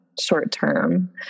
short-term